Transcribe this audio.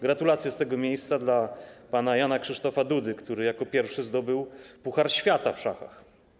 Gratulacje z tego miejsca dla pana Jana Krzysztofa Dudy, który jako pierwszy zdobył puchar świata w szachach.